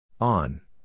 On